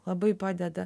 labai padeda